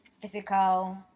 physical